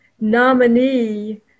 nominee